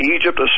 Egypt